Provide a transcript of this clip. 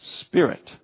Spirit